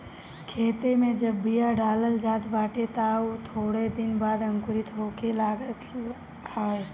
खेते में जब बिया डालल जात बाटे तअ उ थोड़ दिन बाद अंकुरित होखे लागत हवे